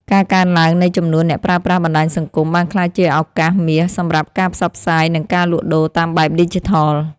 ការកើនឡើងនៃចំនួនអ្នកប្រើប្រាស់បណ្តាញសង្គមបានក្លាយជាឱកាសមាសសម្រាប់ការផ្សព្វផ្សាយនិងការលក់ដូរតាមបែបឌីជីថល។